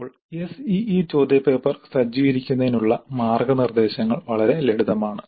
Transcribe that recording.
ഇപ്പോൾ SEE ചോദ്യപേപ്പർ സജ്ജീകരിക്കുന്നതിനുള്ള മാർഗ്ഗനിർദ്ദേശങ്ങൾ വളരെ ലളിതമാണ്